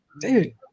dude